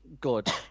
good